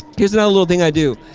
here's another little thing i do.